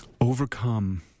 Overcome